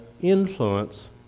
influence